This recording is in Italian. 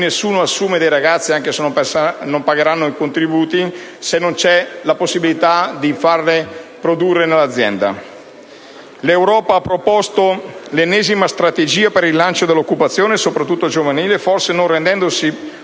nessuno assume dei giovani, anche se non si dovranno pagare i contributi, se non c'è la possibilità di far produrre l'azienda. L'Europa ha proposto l'ennesima strategia per il rilancio dell'occupazione, soprattutto giovanile, forse non rendendosi